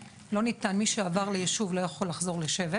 שמי שעבר ליישוב לא יחזור לחזור לשבט.